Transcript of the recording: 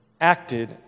acted